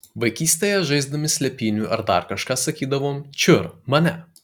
vaikystėje žaisdami slėpynių ar dar kažką sakydavom čiur mane